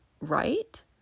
Right